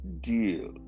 deal